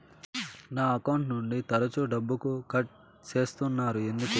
నా అకౌంట్ నుండి తరచు డబ్బుకు కట్ సేస్తున్నారు ఎందుకు